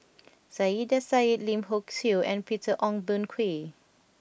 Saiedah Said Lim Hock Siew and Peter Ong Boon Kwee